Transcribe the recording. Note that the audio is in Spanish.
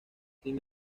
sin